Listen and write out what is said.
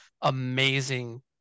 amazing